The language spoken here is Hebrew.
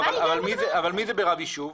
לא, אבל מי זה ברב יישוב?